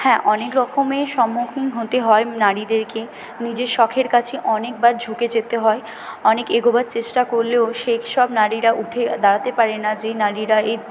হ্যাঁ অনেক রকমের সম্মুখীন হতে হয় নারীদেরকে নিজের শখের কাছে অনেকবার ঝুঁকে যেতে হয় অনেক এগোবার চেষ্টা করলেও সেই সব নারীরা উঠে দাঁড়াতে পারে না যে নারীরা এই